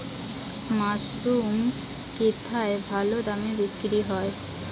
Mushroom কেথায় ভালোদামে বিক্রয় হয়?